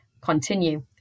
continue